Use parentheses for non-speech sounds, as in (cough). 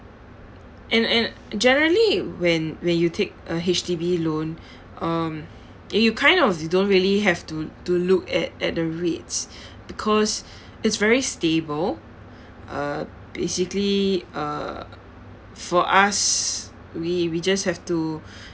and and generally when when you take a H_D_B loan (breath) um and you kind of you don't really have to to look at at the rates (breath) because (breath) it's very stable uh basically uh for us we we just have to (breath)